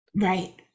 Right